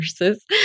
nurses